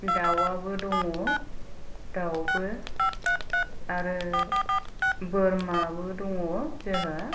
दाउयाबो दङ दाउबो आरो बोरमाबो दङ जोहा